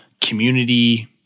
community